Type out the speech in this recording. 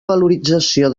valorització